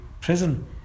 prison